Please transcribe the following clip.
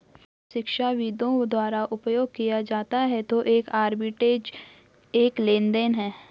जब शिक्षाविदों द्वारा उपयोग किया जाता है तो एक आर्बिट्रेज एक लेनदेन है